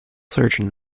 surgeon